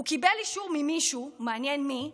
הוא קיבל אישור ממישהו, מעניין מי,